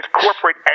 corporate